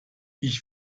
ich